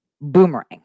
boomerang